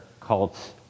cults